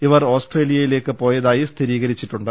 ഇവർ ഓസ്ട്രേ ലിയയിലേക്ക് പോയതായി സ്ഥിരീക് രിച്ചിട്ടുണ്ട്